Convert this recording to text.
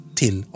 till